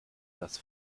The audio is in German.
das